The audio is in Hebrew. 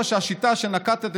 הכיפות.